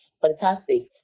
fantastic